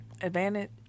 Advantage